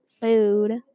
food